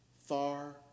far